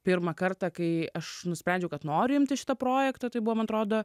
pirmą kartą kai aš nusprendžiau kad noriu imtis šito projekto tai buvo man atrodo